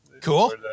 cool